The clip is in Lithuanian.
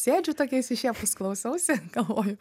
sėdžiu tokia išsišiepus klausausi galvoju